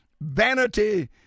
vanity